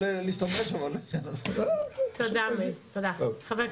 תודה רבה